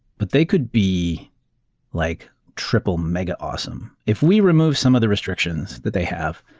but they could be like triple mega awesome. if we remove some other restrictions that they have,